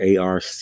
ARC